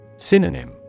Synonym